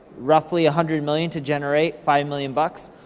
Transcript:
roughly a hundred million to generate five million bucks,